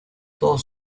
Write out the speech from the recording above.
todos